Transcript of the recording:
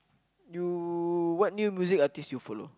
you what new music artiste you follow